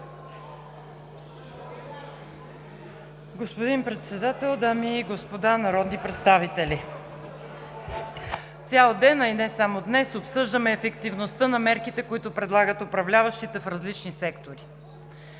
Господин председател, дами и господа народни представители! Цял ден, а и не само днес, обсъждаме ефективността на мерките, които предлагат управляващите в различни сектори.